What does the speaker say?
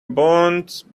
bones